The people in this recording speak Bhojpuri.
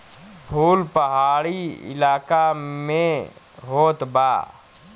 फूल पहाड़ी इलाका में होत बा